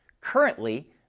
Currently